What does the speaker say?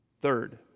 Third